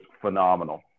phenomenal